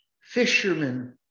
fishermen